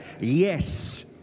yes